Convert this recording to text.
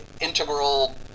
integral